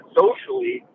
socially